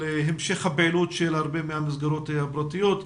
המשך הפעילות של הרבה מהמסגרות הפרטיות.